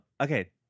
Okay